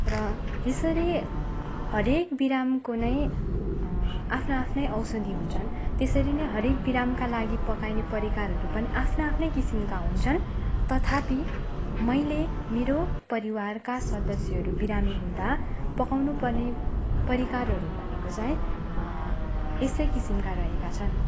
र यसरी हरएक बिरामको नै आफ्नो आफ्नै औषधी हुन्छन् त्यसरी नै हरएक बिरामको लागि पकाइने परिकारहरू पनि आफ्ना आफ्नै किसिमका हुन्छन् तथापि मैले मेरो परिवारका सदस्यहरू बिरामी हुँदा पकाउनु पर्ने परिकारहरू भनेको चाहिँ यस्तै किसिमका रहेका छन्